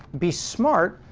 be smart,